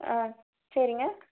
ஆ சரிங்க